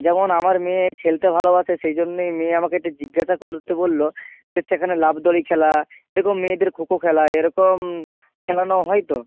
যেমন আমার মেয়ে খেলতে ভালোবাসে সেই জন্যেই মেয়ে আমাকে একটু জিজ্ঞাসা করতে বলল যে সেখানে লাফ দড়ি খেলা যেরকম মেয়েদের খো খো খেলা এরকম খেলানো হয় তো